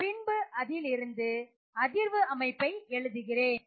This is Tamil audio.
பின்பு அதிலிருந்து அதிர்வு அமைப்பை எழுதுகிறேன்